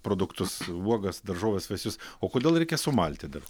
produktus uogas daržoves vaisius o kodėl reikia sumalti dar